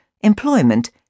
employment